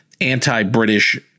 anti-British